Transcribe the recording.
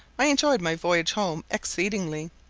i enjoyed my voyage home exceedingly.